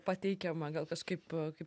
pateikiama gal kažkaip kaip čia